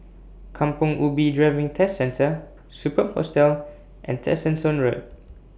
Kampong Ubi Driving Test Centre Superb Hostel and Tessensohn Road